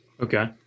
Okay